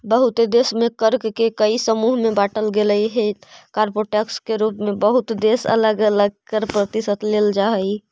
बहुते देश में कर के कई समूह में बांटल गेलइ हे कॉरपोरेट टैक्स के रूप में बहुत देश में अलग अलग कर प्रतिशत लेल जा हई